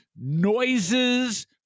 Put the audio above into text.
noises